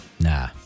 Nah